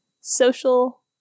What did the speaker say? Social